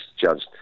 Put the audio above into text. judged